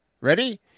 ready